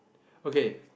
okay